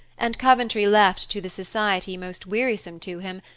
and coventry left to the society most wearisome to him,